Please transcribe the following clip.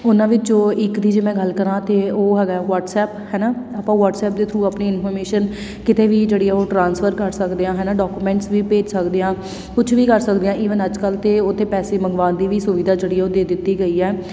ਉਹਨਾਂ ਵਿੱਚੋਂ ਇੱਕ ਦੀ ਜੇ ਮੈਂ ਗੱਲ ਕਰਾਂ ਤਾਂ ਉਹ ਹੈਗਾ ਵਟਸਐਪ ਹੈ ਨਾ ਆਪਾਂ ਵਟਸਐਪ ਦੇ ਥਰੂ ਆਪਣੀ ਇਨਫੋਰਮੇਸ਼ਨ ਕਿਤੇ ਵੀ ਜਿਹੜੀ ਆ ਉਹ ਟ੍ਰਾਂਸਫਰ ਕਰ ਸਕਦੇ ਹਾਂ ਹੈ ਨਾ ਡਾਕੂਮੈਂਟਸ ਵੀ ਭੇਜ ਸਕਦੇ ਹਾਂ ਕੁਛ ਵੀ ਕਰ ਸਕਦੇ ਹਾਂ ਈਵਨ ਅੱਜ ਕੱਲ੍ਹ ਤਾਂ ਉਹ 'ਤੇ ਪੈਸੇ ਮੰਗਵਾਉਣ ਦੀ ਵੀ ਸੁਵਿਧਾ ਜਿਹੜੀ ਆ ਉਹ ਦੇ ਦਿੱਤੀ ਗਈ ਹੈ